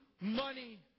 money